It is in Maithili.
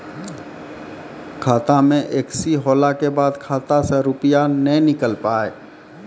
खाता मे एकशी होला के बाद खाता से रुपिया ने निकल पाए?